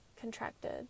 contracted